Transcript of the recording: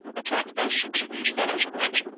attacked by six of these fellows at once.